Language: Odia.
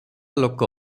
ଲୋକ